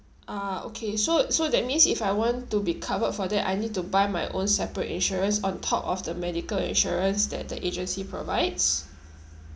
ah okay so so that means if I want to be covered for that I need to buy my own separate insurance on top of the medical insurance that the agency provides